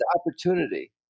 opportunity